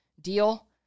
deal